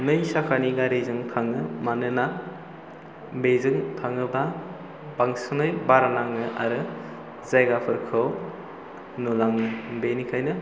नै साखानि गारिजों थाङो मानोना बेजों थाङोबा बांसिनै बार नाङो आरो जायगाफोरखौ नुलाङो बेनिखायनो